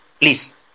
Please